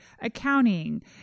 accounting